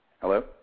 hello